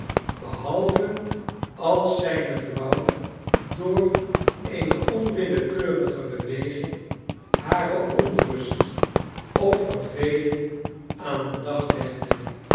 behalve als zijne vrouw door eene onwillekeurige beweging hare onrust of verveling aan den dag legde